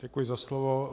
Děkuji za slovo.